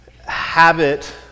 habit